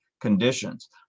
conditions